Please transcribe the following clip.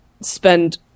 spend